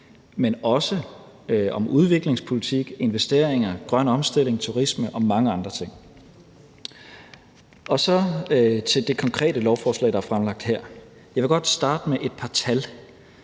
men også om udviklingspolitik, investeringer, grøn omstilling, turisme og mange andre ting. Så går jeg til det konkrete lovforslag, der er fremlagt her. Jeg vil godt starte med et par tal.